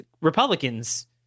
Republicans